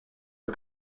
are